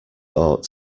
ought